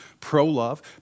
pro-love